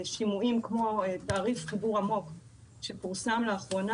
שימועים כמו תעריף חיבור עמוק שפורסם לאחרונה